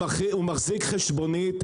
הוא מחזיק חשבונית,